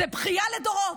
זאת בכייה לדורות,